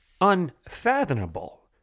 unfathomable